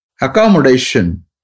accommodation